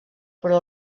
però